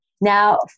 Now